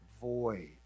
void